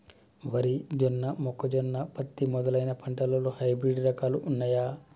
వరి జొన్న మొక్కజొన్న పత్తి మొదలైన పంటలలో హైబ్రిడ్ రకాలు ఉన్నయా?